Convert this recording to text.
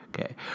Okay